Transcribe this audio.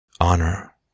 Honor